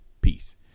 Peace